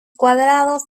cuadrados